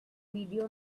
video